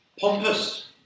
pompous